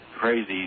Crazy